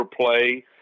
play